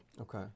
Okay